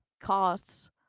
costs